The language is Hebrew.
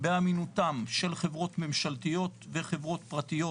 באמינותם של חברות ממשלתיות וחברות פרטיות,